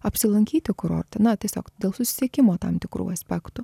apsilankyti kurorte na tiesiog dėl susisiekimo tam tikrų aspektų